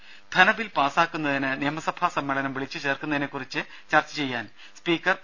രുമ ധനബിൽ പാസ്സാക്കുന്നതിന് നിയമസഭാ സമ്മേളനം വിളിച്ചു ചേർക്കുന്നതിനെക്കുറിച്ച് ചർച്ച ചെയ്യാൻ സ്പീക്കർ പി